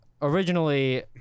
Originally